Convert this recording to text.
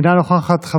אינה נוכחת.